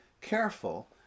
careful